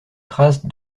trace